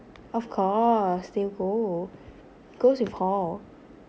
of course they go goes with